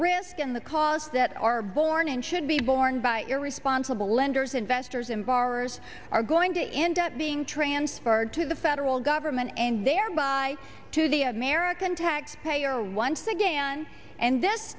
risk in the cars that are born and should be borne by irresponsible lenders investors in bars are going to end up being transferred to the federal government and thereby to the american taxpayer once again and this